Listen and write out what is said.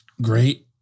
great